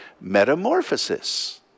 metamorphosis